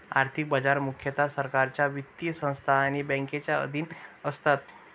आर्थिक बाजार मुख्यतः सरकारच्या वित्तीय संस्था आणि बँकांच्या अधीन असतात